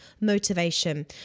Motivation